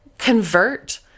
convert